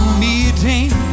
meeting